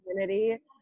community